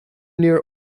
near